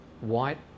white